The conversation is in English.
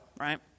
right